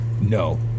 No